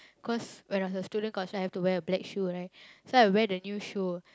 cause when I was a student counsellor I have to wear a black shoe right so I wear the new shoe